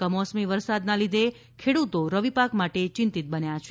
કમોસમી વરસાદના લીધે ખેડૂતો રવિ પાક માટે ચિંતિત બન્યા છે